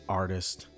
artist